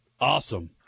awesome